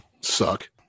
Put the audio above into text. suck